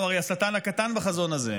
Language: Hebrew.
אנחנו הרי השטן הקטן בחזון הזה,